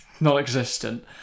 non-existent